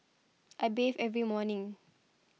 I bathe every morning